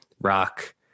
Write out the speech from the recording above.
Rock